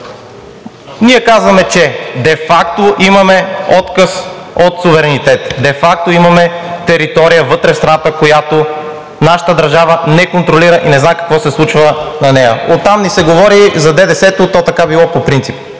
Ние казваме, че де факто имаме отказ от суверенитет, де факто имаме територия вътре в страната, която нашата държава не контролира и не знае какво се случва на нея, оттам ни се говори за ДДС, то така било по принцип.